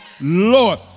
Lord